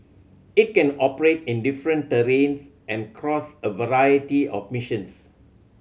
it can operate in different terrains and across a variety of missions